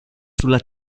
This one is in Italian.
sulla